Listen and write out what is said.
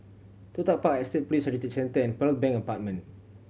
Toh Tuck Park Estate Police Heritage Centre and Pearl Bank Apartment